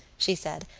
she said.